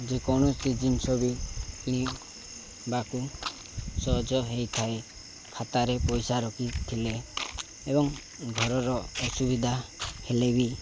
ଯେକୌଣସି ଜିନିଷ ବି କିଣିବାକୁ ସହଜ ହେଇଥାଏ ଖାତାରେ ପଇସା ରଖିଥିଲେ ଏବଂ ଘରର ଅସୁବିଧା ହେଲେ ବି